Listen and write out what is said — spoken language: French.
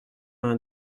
vingt